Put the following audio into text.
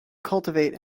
cultivate